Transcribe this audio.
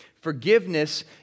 forgiveness